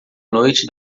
noite